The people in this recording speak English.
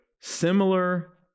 similar